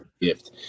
gift